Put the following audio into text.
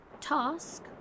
task